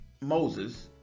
Moses